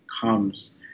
comes –